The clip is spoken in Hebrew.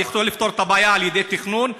אז היו יכולים לפתור את הבעיה על-ידי תכנון.